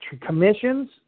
commissions